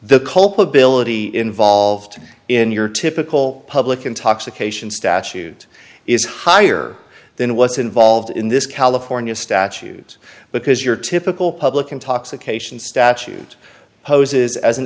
the culpability involved in your typical public intoxication statute is higher than was involved in this california statute but because your typical public intoxication statute poses as an